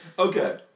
Okay